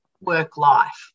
work-life